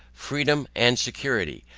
freedom and security.